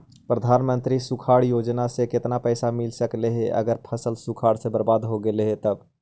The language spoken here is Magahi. प्रधानमंत्री सुखाड़ योजना से केतना पैसा मिल सकले हे अगर फसल सुखाड़ से बर्बाद हो गेले से तब?